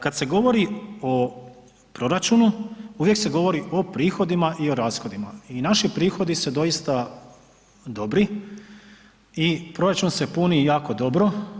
Kada se govorio o proračunu uvijek se govori o prihodima i o rashodima i naši prihodi su doista dobri i proračun se puni jako dobro.